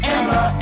Emma